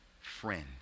friend